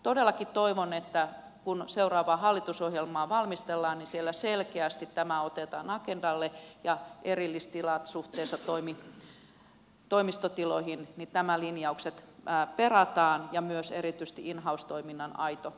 todellakin toivon että kun seuraavaa hallitusohjelmaa valmistellaan niin siellä selkeästi tämä otetaan agendalle ja mitä tulee erillistiloihin suhteessa toimistotiloihin nämä linjaukset perataan ja myös erityisesti in house toiminnan aito osuus